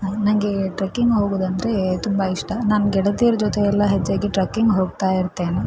ನನಗೆ ಟ್ರೆಕಿಂಗ್ ಹೋಗುವುದಂದ್ರೆ ತುಂಬ ಇಷ್ಟ ನಾನು ಗೆಳತಿಯರ ಜೊತೆ ಎಲ್ಲ ಹೆಚ್ಚಾಗಿ ಟ್ರೆಕಿಂಗ್ ಹೋಗ್ತಾ ಇರ್ತೇನೆ